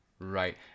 Right